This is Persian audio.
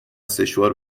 سشوار